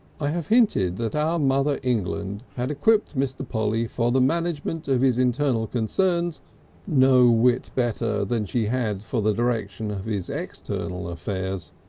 i have hinted that our mother england had equipped mr. polly for the management of his internal concerns no whit better than she had for the direction of his external affairs.